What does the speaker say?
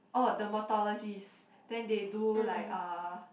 oh dermatologist then they do like uh